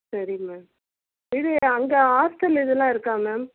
சரி மேம் இது அங்கே ஹாஸ்டல் இதலாம் இருக்கா மேம்